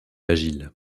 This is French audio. agile